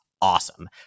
awesome